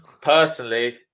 Personally